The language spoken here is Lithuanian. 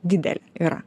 didelė yra